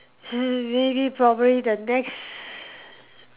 hmm maybe probably the next